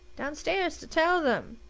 downstairs to tell them.